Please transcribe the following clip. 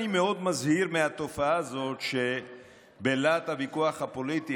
אני מאוד מזהיר מהתופעה הזאת שבלהט הוויכוח הפוליטי